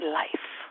life